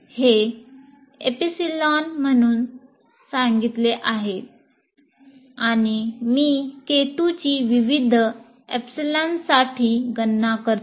हे एपीसिलॉन म्हणून सांगितले आहे आणि मी K 2 ची विविध एप्सिलन्ससाठी गणना करतो